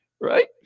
Right